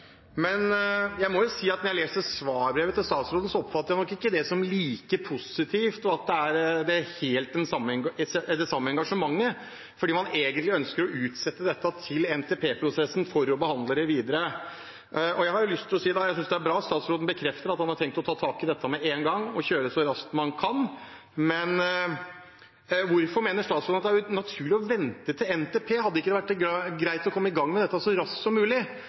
Men jeg må jo si at når jeg leser svarbrevet fra statsråden, oppfatter jeg nok ikke det som like positivt, eller at det er helt det samme engasjementet, for man ønsker egentlig å utsette dette til NTP-prosessen for å behandle det videre. Jeg synes det er bra at statsråden bekrefter at han har tenkt å ta tak i dette med en gang og kjøre så raskt man kan, men hvorfor mener statsråden at det er naturlig å vente til NTP? Hadde det ikke vært greit å komme i gang med dette så raskt som mulig?